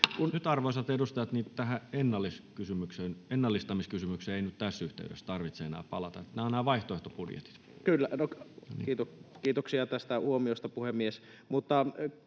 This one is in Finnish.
arvoisat edustajat, tähän ennallistamiskysymykseen ei nyt tässä yhteydessä tarvitse enää palata. Ne ovat nämä vaihtoehtobudjetit. [Speech 219] Speaker: